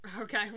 Okay